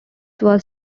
was